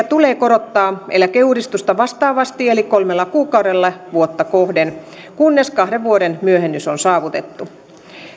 tulee korottaa eläkeuudistusta vastaavasti eli kolmella kuukaudella vuotta kohden kunnes kahden vuoden myöhennys on saavutettu